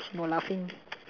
no laughing